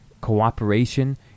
cooperation